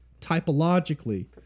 typologically